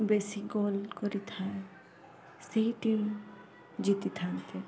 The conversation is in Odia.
ବେଶି କଲ୍ କରିଥାଏ ସେଇଟି ଜିତିଥାନ୍ତେ